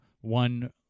One